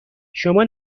شما